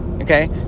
Okay